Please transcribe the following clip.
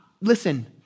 listen